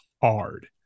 hard